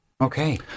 Okay